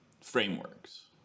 frameworks